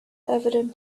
evident